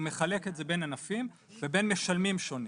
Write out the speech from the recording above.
הוא מחלק את זה בין ענפים ובין משלמים שונים.